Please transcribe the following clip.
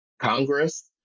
Congress